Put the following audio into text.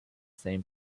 same